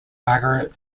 margaret